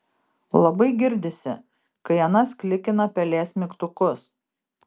labai girdisi kai anas klikina pelės mygtukus